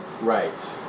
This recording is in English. Right